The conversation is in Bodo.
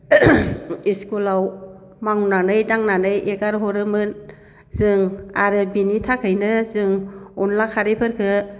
इस्कुलाव मावनानै दांनानै एगारहरोमोन जों आरो बिनि थाखैनो जों अनद्ला खारिफोरखो